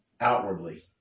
outwardly